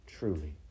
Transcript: Truly